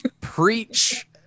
preach